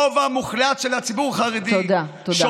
הרוב המוחלט של הציבור החרדי, תודה, תודה.